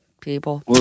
people